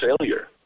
failure